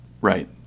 Right